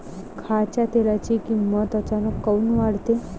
खाच्या तेलाची किमत अचानक काऊन वाढते?